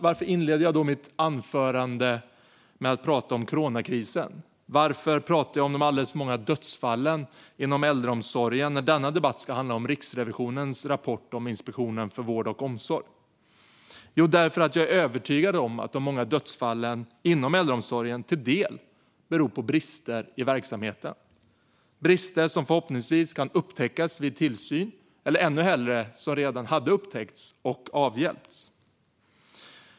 Varför inleder jag mitt anförande med att prata om coronakrisen? Varför pratar jag om de alldeles för många dödsfallen inom äldreomsorgen, när denna debatt ska handla om Riksrevisionens rapport om Inspektionen för vård och omsorg? Jo, därför att jag är övertygad om att de många dödsfallen inom äldreomsorgen till del beror på brister i verksamheterna, brister som förhoppningsvis kan upptäckas vid tillsyn eller som ännu hellre redan hade upptäckts och avhjälpts.